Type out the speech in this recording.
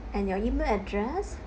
and your email address